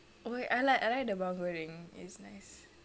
oh ya I like I like the bawang goreng it's nice